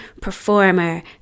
performer